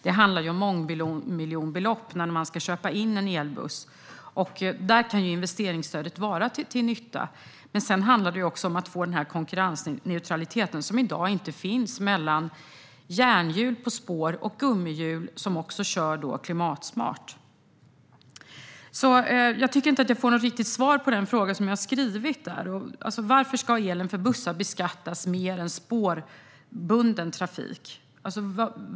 Det handlar om mångmiljonbelopp när man ska köpa in en elbuss. Där kan investeringsstödet vara till nytta. Men sedan handlar det också om att få den konkurrensneutralitet som i dag inte finns mellan järnhjul på spår och gummihjul på väg, som också kör klimatsmart. Jag tycker inte att jag får något riktigt svar på min fråga i interpellationen. Varför ska elen för bussar beskattas mer än elen för spårbunden trafik?